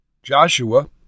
Joshua